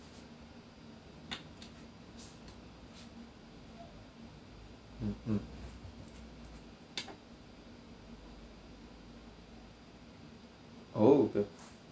mm mm oh